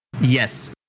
Yes